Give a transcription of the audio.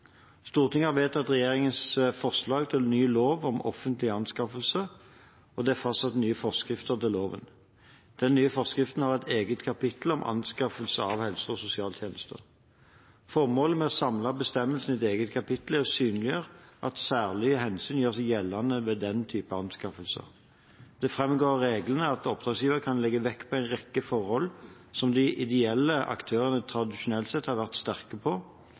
Stortinget har vedtatt regjeringens forslag til ny lov om offentlige anskaffelser, og det er fastsatt nye forskrifter til loven. Den nye forskriften har et eget kapittel om anskaffelser av helse- og sosialtjenester. Formålet med å samle bestemmelsene i et eget kapittel er å synliggjøre at særlige hensyn gjør seg gjeldende ved den type anskaffelser. Det framgår av reglene at oppdragsgiver kan legge vekt på en rekke forhold som de ideelle aktørene tradisjonelt sett har vært sterke på,